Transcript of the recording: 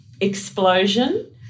explosion